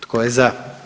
Tko je za?